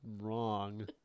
wrong